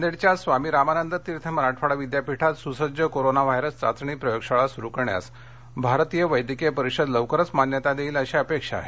नांदेडच्या स्वामी रामानंद तीर्थ मराठवाडा विद्यापीठात सुसज्ज कोरोना व्हायरस चाचणी प्रयोग शाळा सुरू करण्यास भारतीय वैद्यकीय परिषद लवकरच मान्यता देईल अशी अपेक्षा आहे